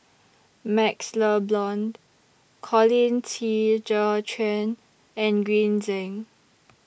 MaxLe Blond Colin Qi Zhe Quan and Green Zeng